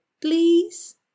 please